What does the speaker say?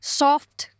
soft